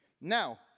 Now